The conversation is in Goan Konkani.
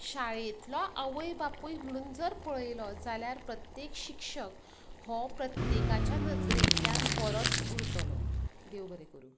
शाळेंतलो आवय बापूय म्हुणून जर पळयलो जाल्यार प्रत्येक शिक्षक हो प्रत्येकाच्या नजरेंतल्यान बरोच उरतोलो देव बरें करूं